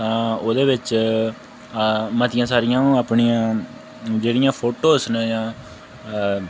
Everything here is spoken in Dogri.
तां ओह्दे बिच मतियां सारियां अपनियां जेह्ड़ियां फोटोस न जां अ